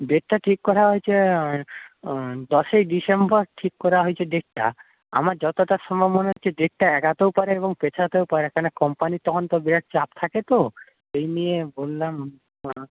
ডেটটা ঠিক করা হয়েছে দশই ডিসেম্বর ঠিক করা হয়েছে ডেটটা আমার যতটা সম্ভব মনে হচ্ছে ডেটটা এগোতেও পারে এবং পেছোতেও পারে কেন কম্পানির তখন তো বিরাট চাপ থাকে তো এই নিয়ে বললাম হুম